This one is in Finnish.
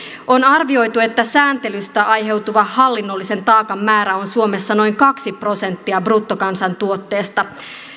on arvioitu että sääntelystä aiheutuva hallinnollisen taakan määrä on suomessa noin kaksi prosenttia bruttokansantuotteesta